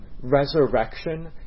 resurrection